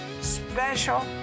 special